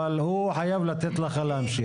אבל הוא חייב לתת לך להמשיך.